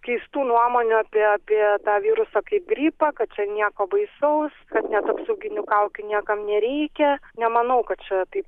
keistų nuomonių apie apie tą virusą kaip gripą kad čia nieko baisaus kad net apsauginių kaukių niekam nereikia nemanau kad čia taip